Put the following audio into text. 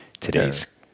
today's